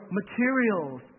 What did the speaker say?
materials